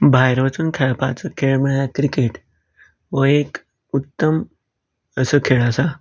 भायर वचून खेळ खेळपाचो म्हळ्यार क्रिकेट हो एक उत्तम असो खेळ आसा